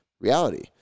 reality